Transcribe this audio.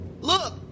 Look